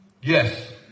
Yes